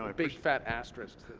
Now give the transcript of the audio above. um big fat asterisk